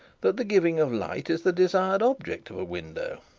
that the giving of light is the desired object of a window.